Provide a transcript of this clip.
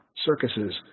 circuses